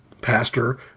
pastor